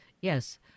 yes